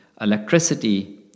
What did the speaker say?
electricity